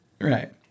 Right